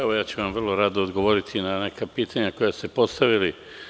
Evo, vrlo rado ću odgovoriti na neka pitanja koja ste postavili.